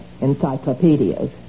Encyclopedias